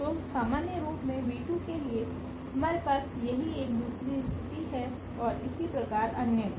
तो सामान्यरूप में के लिए हमारे पास यही एक दूसरी स्थिति है और इसी प्रकार अन्य भी